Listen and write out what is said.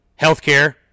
healthcare